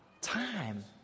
time